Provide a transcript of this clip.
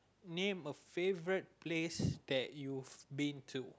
name a favorite place that you've been to